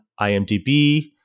imdb